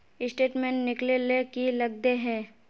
Statement निकले ले की लगते है?